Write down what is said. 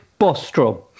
Bostrom